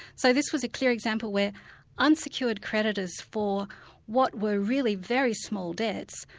so this was a clear example where unsecured creditors for what were really very small debts,